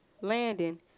Landon